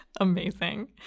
Amazing